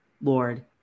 Lord